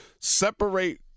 separate